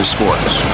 Sports